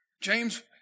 James